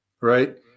right